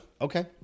Okay